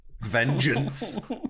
Vengeance